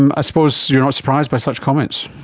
and suppose you're not surprised by such comments.